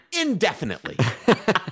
indefinitely